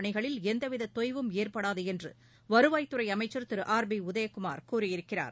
பணிகளில் எந்தவித தொய்வும் ஏற்படாது என்று வருவாய்த்துறை அமைச்சர் திரு ஆர் பி உதயகுமார் கூறியிருக்கிறார்